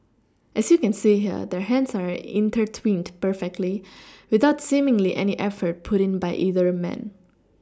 as you can see here their hands are intertwined perfectly without seemingly any effort put in by either man